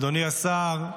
אדוני השר,